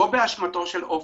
לא באשמתו של עופר.